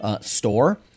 store